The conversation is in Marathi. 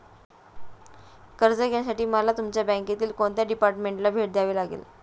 कर्ज घेण्यासाठी मला तुमच्या बँकेतील कोणत्या डिपार्टमेंटला भेट द्यावी लागेल?